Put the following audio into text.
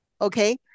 Okay